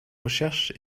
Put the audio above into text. recherche